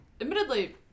Admittedly